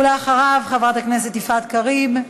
ואחריו, חברת הכנסת יפעת קריב.